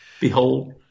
Behold